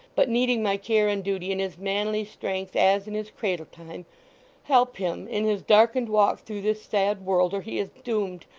but needing my care and duty in his manly strength as in his cradle-time help him, in his darkened walk through this sad world, or he is doomed,